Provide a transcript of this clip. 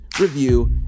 review